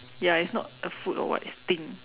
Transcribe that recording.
ya it's not a food or what is thing